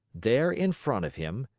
there, in front of him,